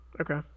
Okay